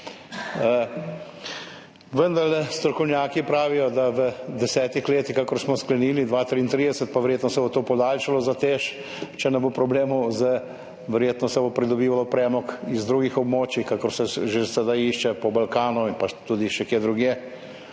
Vendarle strokovnjaki pravijo, da v 10 letih, kakor smo sklenili, 2033. Pa verjetno se bo to podaljšalo za Teš, če ne bo problemov. Verjetno se bo pridobivalo premog z drugih območij, kakor se že sedaj išče po Balkanu in tudi še kje drugje